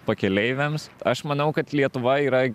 pakeleiviams aš manau kad lietuva yra